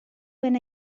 when